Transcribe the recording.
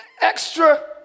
extra